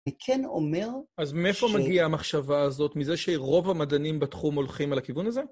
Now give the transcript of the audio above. וכן אומר... אז מאיפה מגיעה המחשבה הזאת, מזה שרוב המדענים בתחום הולכים על הכיוון הזה?